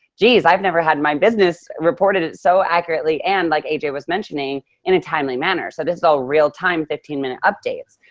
geez, i've never had my business reported it so accurately. and like aj was mentioning, in a timely manner. so this is all real time, fifteen minute updates.